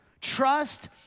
Trust